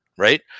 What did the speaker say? Right